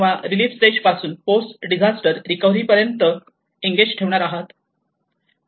किंवा relief stage पासून post disaster recovery पर्यंत एंगेज ठेवणार आहात